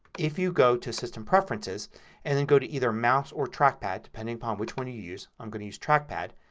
if you go to system preferences and then go to either mouse or trackpad depending upon which one you use. i'm going to use trackpad.